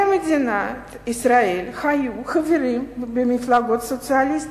מדינת ישראל היו חברים במפלגות סוציאליסטיות,